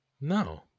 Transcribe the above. No